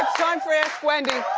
time for ask wendy.